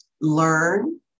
learn